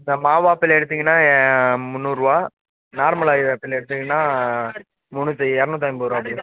இப்போ மாவு ஆப்பிள் எடுத்தீங்கன்னால் முந்நூற்ருவா நார்மல் ஆப்பிள் எடுத்தீங்கன்னால் முந்நூற்றி இரநூத்தி ஐம்பதுருபா